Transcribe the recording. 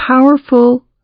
powerful